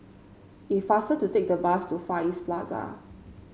it faster to take the bus to Far East Plaza